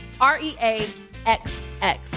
r-e-a-x-x